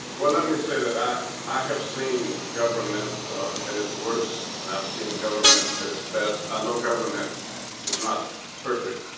well, let me say that i i have seen government at its worst and i've seen government at its best. i know government is not perfect.